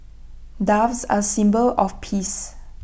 doves are A symbol of peace